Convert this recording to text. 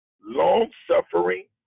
long-suffering